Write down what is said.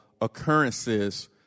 occurrences